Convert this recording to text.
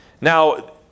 Now